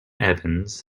evans